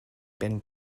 been